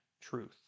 truth